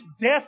death